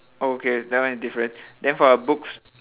oh okay never mind different then for the books~